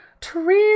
Tree's